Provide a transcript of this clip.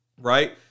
Right